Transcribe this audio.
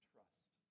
Trust